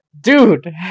dude